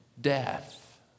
death